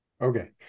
Okay